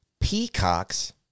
Peacocks